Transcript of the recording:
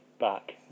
back